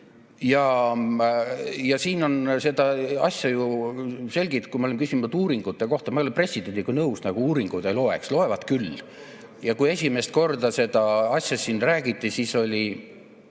Ja siin on seda asja ju selgitatud. Kui ma olen küsinud uuringute kohta ... Ma ei ole presidendiga nõus, nagu uuringud ei loeks. Loevad küll. Ja kui esimest korda seda asja siin räägiti, siis oli